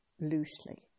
loosely